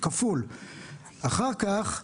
אחר כך,